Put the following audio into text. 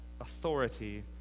authority